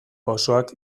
pausoak